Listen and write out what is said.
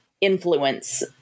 influence